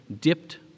dipped